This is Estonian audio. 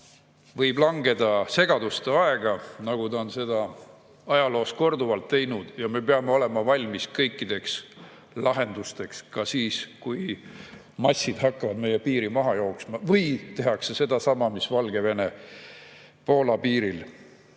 võib langeda segaduste aega, nagu ta on seda ajaloos korduvalt teinud, ja me peame olema valmis kõikideks lahendusteks ka siis, kui massid hakkavad meie piiri maha jooksma või tehakse sedasama, mis Valgevene-Poola piiril.